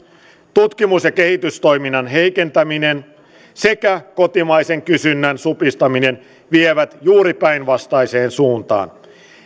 tutkimus ja kehitystoiminnan heikentäminen sekä kotimaisen kysynnän supistaminen vievät juuri päinvastaiseen suuntaan